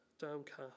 downcast